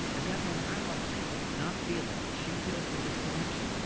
at that moment, i'm off thinking, not feeling. she feels the disconnection.